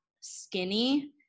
skinny